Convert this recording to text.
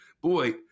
boy